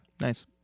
Nice